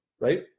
right